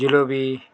jalebi